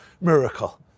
miracle